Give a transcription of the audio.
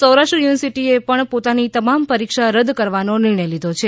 Saurashtra university એ પણ પોતાની તમામ પરીક્ષા રદ કરવાનો નિર્ણય લીધો છે